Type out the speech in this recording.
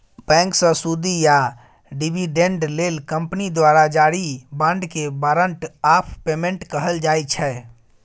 बैंकसँ सुदि या डिबीडेंड लेल कंपनी द्वारा जारी बाँडकेँ बारंट आफ पेमेंट कहल जाइ छै